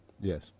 Yes